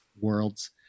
worlds